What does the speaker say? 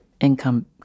income